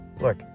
Look